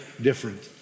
different